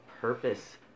purpose